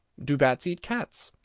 do bats eat cats?